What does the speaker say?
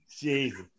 Jesus